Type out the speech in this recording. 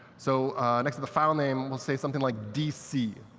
so next to the file name, we'll say something like dc.